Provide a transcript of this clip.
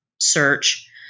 search